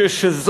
שיא עולמי.